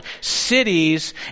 cities